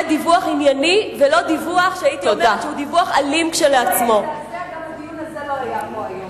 אם זה לא היה מזעזע גם הדיון הזה לא היה פה היום,